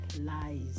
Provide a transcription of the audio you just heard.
lies